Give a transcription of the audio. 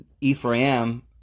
Ephraim